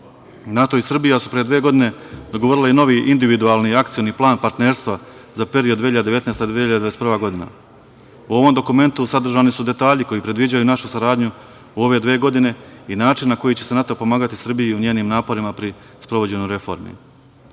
i Srbija su pre dve godine dogovorile i novi individualni Akcioni plan partnerstva za period 2019/2021 godina.U ovom dokumentu sadržani su detalji koji predviđaju našu saradnju ove dve godine i način na koji će NATO pomagati Srbiji u njenim naporima pri sprovođenju reformi. Treba